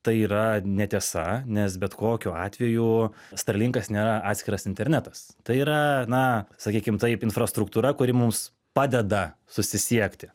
tai yra netiesa nes bet kokiu atveju starlinkas nėra atskiras internetas tai yra na sakykim taip infrastruktūra kuri mums padeda susisiekti